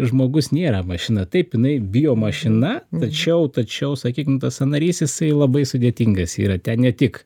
žmogus nėra mašina taip jinai biomašina tačiau tačiau sakykim tas sąnarys jisai labai sudėtingas yra ten ne tik